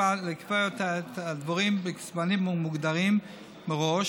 לקבע את הדברים בזמנים מוגדרים מראש